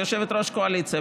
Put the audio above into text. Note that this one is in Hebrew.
היא יושבת-ראש הקואליציה.